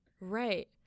Right